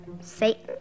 Satan